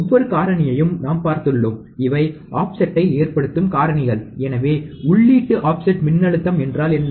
ஒவ்வொரு காரணியையும் நாம் பார்த்துள்ளோம் இவை ஆஃப்செட்டை ஏற்படுத்தும் காரணிகள் எனவே உள்ளீட்டு ஆஃப்செட் மின்னழுத்தம் என்றால் என்ன